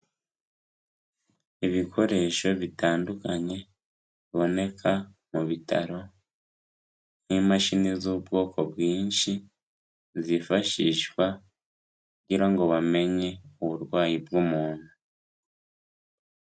Ibikoresho bitandukanye biboneka mu bitaro nk'imashini z'ubwoko bwinshi, zifashishwa kugira ngo bamenye uburwayi bw'umuntu.